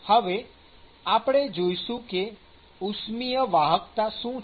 હવે આપણે જોઈએ કે ઉષ્મિય વાહકતા શું છે